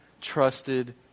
trusted